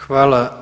Hvala.